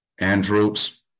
Andrew's-